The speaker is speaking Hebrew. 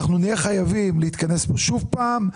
אנחנו נהיה חייבים להתכנס כאן שוב פעם,